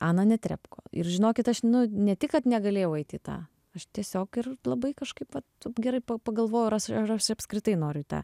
ana netrepko ir žinokit aš nu ne tik kad negalėjau eit į tą aš tiesiog ir labai kažkaip vat taip gerai pagalvojau ar as ar aš apskritai noriu į tą